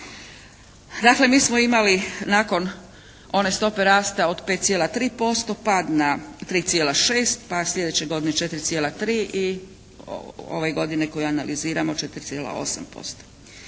Dakle mi smo imali nakon one stope rasta od 5,3% pad na 3,6 pa sljedeće godine 4,3 i ove godine koju analiziramo 4,8%.